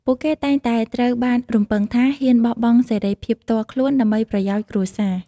ពួកគេតែងតែត្រូវបានរំពឹងថា ហ៊ានបោះបង់សេរីភាពផ្ទាល់ខ្លួន ដើម្បីប្រយោជន៍គ្រួសារ។